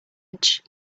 edge